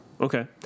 Okay